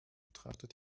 betrachtet